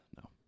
no